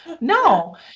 no